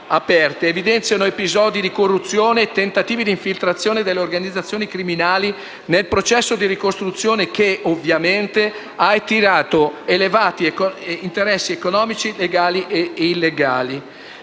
evidenziano episodi di corruzione e tentativi di infiltrazioni delle organizzazioni criminali nel processo di ricostruzione che, ovviamente, ha attirato elevati interessi economici, legali e illegali.